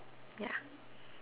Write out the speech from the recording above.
ya